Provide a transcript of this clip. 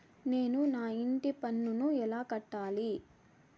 నేను నా ఇంటి పన్నును ఎలా కట్టాలి?